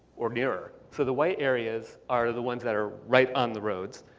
or nearer. so the white areas are the ones that are right on the roads.